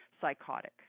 psychotic